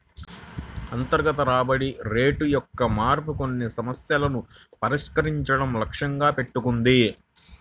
అంతర్గత రాబడి రేటు యొక్క మార్పు కొన్ని సమస్యలను పరిష్కరించడం లక్ష్యంగా పెట్టుకుంది